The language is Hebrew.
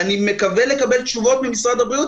ואני מקווה לקבל תשובות ממשרד הבריאות,